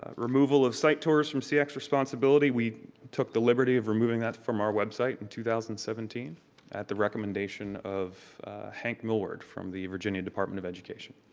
ah removal of site tours from seac's responsibilities. we took the liberty of removing that from our website in two thousand and seventeen at the recommendation of hank millard from the virginia department of education.